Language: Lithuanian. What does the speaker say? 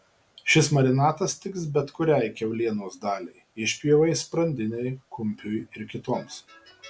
šis marinatas tiks bet kuriai kiaulienos daliai išpjovai sprandinei kumpiui ir kitoms